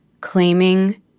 claiming